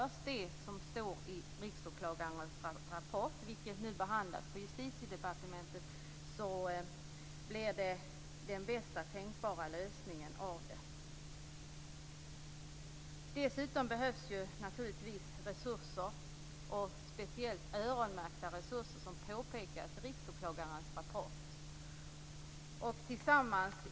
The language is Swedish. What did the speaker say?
Riksåklagarens rapport behandlas nu på Justitiedepartementet. Det blir den bästa tänkbara lösningen om förslagen i rapporten genomförs. Det behövs naturligtvis öronmärkta resurser - vilket påpekas i Riksåklagarens rapport.